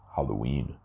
Halloween